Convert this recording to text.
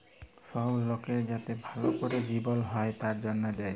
সব লকের যাতে ভাল ক্যরে জিবল হ্যয় তার জনহে দেয়